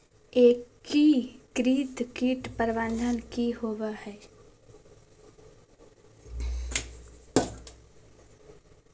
एकीकृत कीट प्रबंधन की होवय हैय?